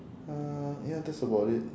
uh ya that's about it